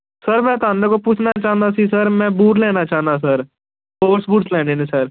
sir ਮੈਂ ਤੁਹਾਨੂੰ ਕੁਛ ਪੁੱਛਣਾ ਚਾਹੁੰਦਾ ਸੀ ਸਰ ਮੈਂ ਬੂਟ ਲੈਣਾ ਚਾਹੁੰਦਾ ਸਰ ਸਪੋਰਟਸ ਬੂਟਸ ਲੈਣੇ ਨੇ ਸਰ